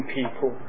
people